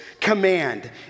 command